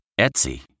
Etsy